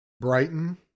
Brighton